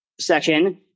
section